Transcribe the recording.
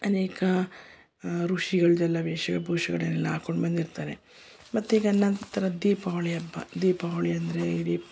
ಅನೇಕ ಋಷಿಗಳದ್ದೆಲ್ಲ ವೇಷ ಭೂಷಣ ಹಾಕೊಂಡು ಬಂದಿರ್ತಾರೆ ಮತ್ತೆ ಈಗ ಅದು ನಂತರ ದೀಪಾವಳಿ ಹಬ್ಬ ದೀಪಾವಳಿ ಅಂದರೆ